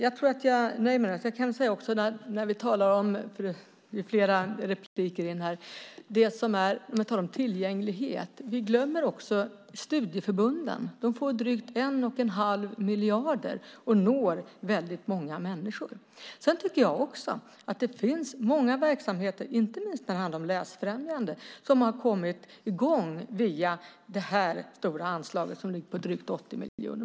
Jag kan också säga att vi när vi talar om tillgänglighet glömmer studieförbunden. De får drygt 1 1⁄2 miljard och når väldigt många människor. Sedan tycker jag också att det finns många verksamheter, inte minst när det handlar om läsfrämjande, som har kommit i gång via detta stora anslag som ligger på drygt 80 miljoner.